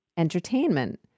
entertainment